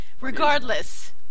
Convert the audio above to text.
Regardless